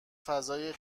فضای